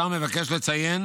השר מבקש לציין